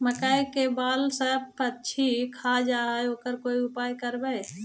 मकइ के बाल सब पशी खा जा है ओकर का उपाय करबै?